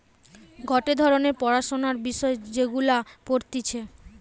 গটে ধরণের পড়াশোনার বিষয় যেগুলা পড়তিছে